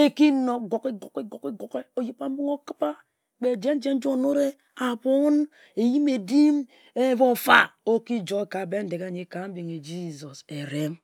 e-ki nob gogigogege. Oyeba-mbinghe o-kib-ba kpe jen-jen nji o-nore, abon, eyim e-dim, bo-fa o-ki joi ka Bendeghe erie nyi ka mbing Jesus eriem.